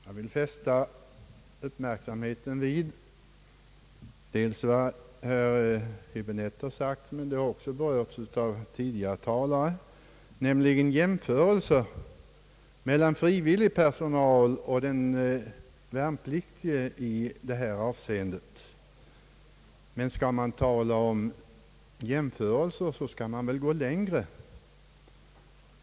Jag vill fästa uppmärksamheten vid vad herr Höäbinette har sagt, vilket för Övrigt också tidigare talare har berört, när man gjort jämförelser mellan frivillig personal och värnpliktiga i detta avseende. Men man skall väl gå ännu längre om man skall göra sådana jämförelser.